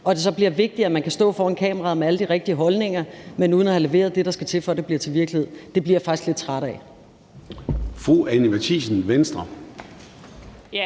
at det så bliver vigtigere, at man kan stå foran kameraet med alle de rigtige holdninger, men uden at have leveret det, der skal til, for at det bliver til virkelighed. Det bliver jeg faktisk lidt træt af. Kl. 13:23 Formanden (Søren